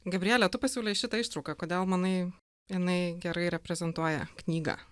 gabriele tu pasiūlei šitą ištrauką kodėl manai jinai gerai reprezentuoja knygą